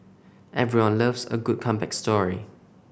everyone loves a good comeback story